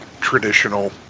traditional